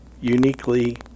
uniquely